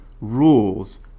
rules